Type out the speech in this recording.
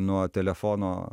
nuo telefono